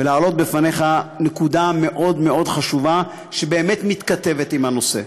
ולהעלות בפניך נקודה מאוד מאוד חשובה שבאמת מתכתבת עם הנושא.